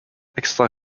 extra